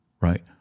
right